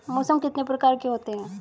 मौसम कितने प्रकार के होते हैं?